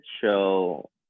show